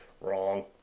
wrong